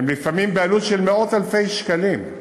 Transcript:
היא לפעמים בעלות של מאות-אלפי שקלים.